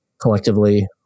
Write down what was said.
collectively